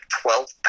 twelve